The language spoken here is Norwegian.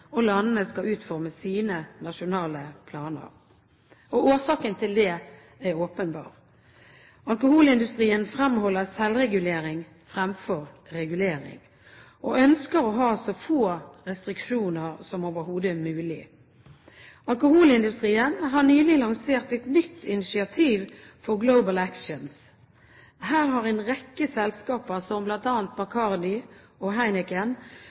og landene skal utforme sine nasjonale planer. Årsaken til det er åpenbar. Alkoholindustrien fremholder selvregulering fremfor regulering og ønsker å ha så få restriksjoner som overhodet mulig. Alkoholindustrien har nylig lansert et nytt initiativ for Global Actions. Her har en rekke selskaper, som bl.a. Bacardi og Heineken,